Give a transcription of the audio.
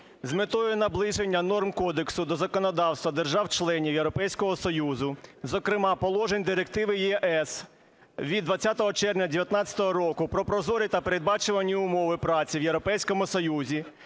З метою наближення норм кодексу до законодавства держав-членів Європейського Союзу, зокрема положень Директиви ЄС від 20 червня 19-го року "Про прозорі та передбачувані умови праці в Європейському Союзі",